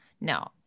No